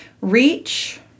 reach